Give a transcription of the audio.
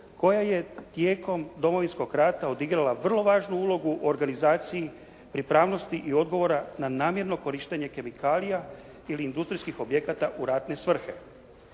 koja je tijekom Domovinskog rata odigrala vrlo važnu ulogu u organizaciji pripravnosti i odgovora na namjerno korištenje kemikalija ili industrijskih objekata u ratne svrhe.